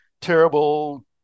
terrible